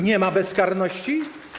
Nie ma bezkarności?